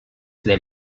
del